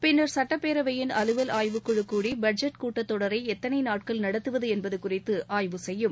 பின்னர் சட்டப்பேரவையின் அலுவல் ஆய்வுக்குழு கூடி பட்ஜெட் கூட்டத்தொடரை எத்தனை நாட்கள் நடத்துவது என்பது குறித்து ஆய்வு செய்யும்